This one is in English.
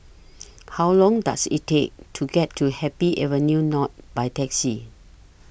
How Long Does IT Take to get to Happy Avenue North By Taxi